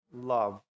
love